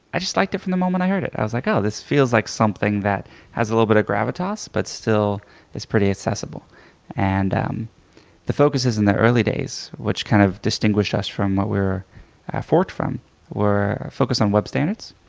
i just liked it from the moment i heard it. i was like, oh, this feels like something that has a little bit of gravitas but still is pretty accessible and um the focuses in the early days, which kind of distinguished us from what we were forked from were focused on web standards.